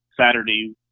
saturday